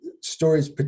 stories